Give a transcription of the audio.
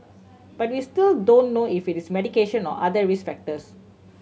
but we still don't know if it is medication or other risk factors